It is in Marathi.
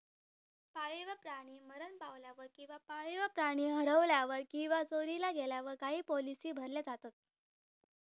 पाळीव प्राणी मरण पावल्यावर किंवा पाळीव प्राणी हरवल्यावर किंवा चोरीला गेल्यावर काही पॉलिसी भरल्या जातत